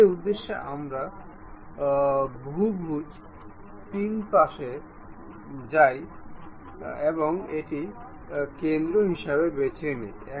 যদি আমরা এটি সরিয়ে ফেলি তবে এটি মেটের ইতিহাস আরও একবার আমরা এর উপর নির্বাচন করব